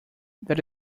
that